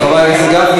אוי ואבוי, הנשים